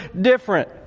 different